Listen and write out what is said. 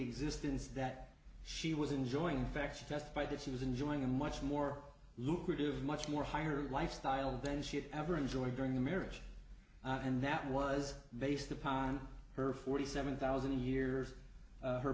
existence that she was enjoying fex testified that she was enjoying a much more lucrative much more higher lifestyle than she had ever enjoyed during the marriage and that was based upon her forty seven thousand years